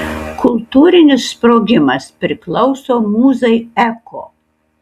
kultūrinis sprogimas priklauso mūzai eko